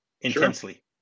intensely